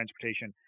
transportation